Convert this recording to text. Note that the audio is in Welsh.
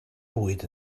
fwyd